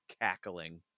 cackling